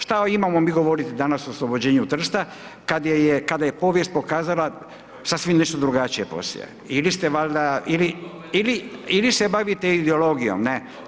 Šta mi imamo govoriti danas o oslobođenju Trsta, kada je povijest pokazala sasvim nešto drugačije poslije ili ste valjda, ili e bavite teologijom, ne.